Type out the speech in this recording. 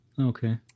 Okay